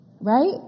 right